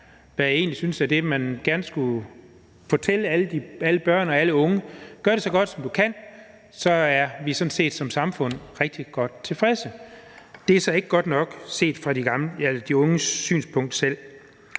hvad jeg egentlig synes er det, man gerne skulle fortælle alle børn og unge, så fortæl dem, at de skal gøre det så godt, som de kan, for så er vi sådan set som samfund rigtig godt tilfredse. Men det er så ikke godt nok set fra de unges synspunkt selv.